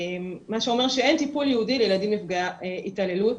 מה שאומר שאין טיפול ייעודי לילדים נפגעי התעללות,